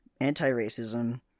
Anti-racism